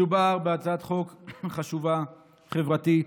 מדובר בהצעת חוק חשובה, חברתית.